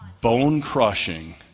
bone-crushing